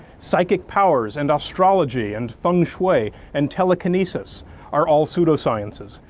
psychic powers and astrology and feng shui and telekinesis are all pseudosciences.